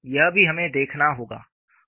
यह भी हमें देखना होगा